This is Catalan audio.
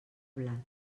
blat